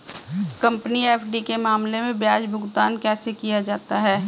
Company FD के मामले में ब्याज भुगतान कैसे किया जाता है?